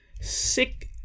sick